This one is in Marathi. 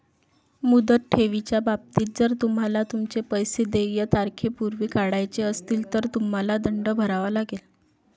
मुदत ठेवीच्या बाबतीत, जर तुम्हाला तुमचे पैसे देय तारखेपूर्वी काढायचे असतील, तर तुम्हाला दंड भरावा लागेल